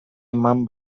eman